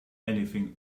anything